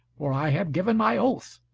for i have given my oath,